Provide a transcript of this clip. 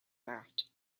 that